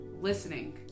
listening